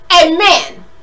Amen